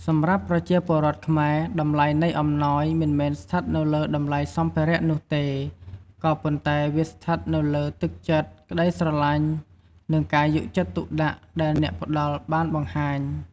សម្រាប់ប្រជាពលរដ្ឋខ្មែរ តម្លៃនៃអំណោយមិនមែនស្ថិតនៅលើតម្លៃសម្ភារៈនោះទេ ក៏ប៉ុន្តែវាស្ថិតនៅលើ ទឹកចិត្ត ក្តីស្រឡាញ់ និងការយកចិត្តទុកដាក់ ដែលអ្នកផ្តល់បានបង្ហាញ។។